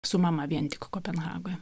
su mama vien tik kopenhagoj